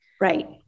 Right